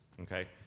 okay